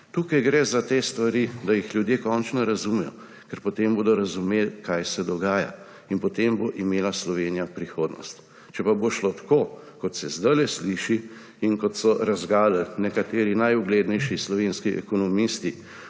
Tukaj gre za te stvari, da jih ljudje končno razumejo, ker potem bodo razumeli, kaj se dogaja, in potem bo imela Slovenija prihodnost. Če pa bo šlo tako, kot se zdajle sliši in kot so razgalili nekateri najuglednejši slovenski ekonomisti